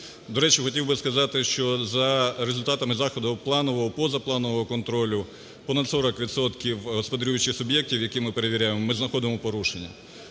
До речі, хотів би сказати, що за результатами заходів планового, позапланового контролю у понад 40 відсотках господарюючих суб'єктів, які ми перевіряємо, ми знаходимо порушення.